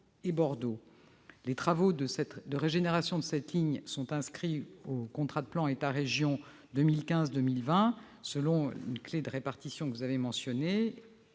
et Bordeaux. Les travaux de régénération de cette ligne sont inscrits au contrat de plan État-région 2015-2020, selon une clé de répartition que vous avez mentionnée.